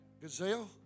Gazelle